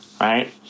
right